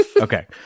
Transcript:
Okay